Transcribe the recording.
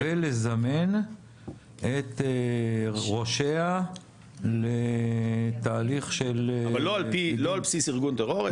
ולזמן את ראשיה לתהליך של -- אבל לא על פי על בסיס ארגון טרור,